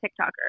tiktoker